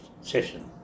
session